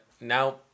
Now